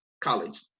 college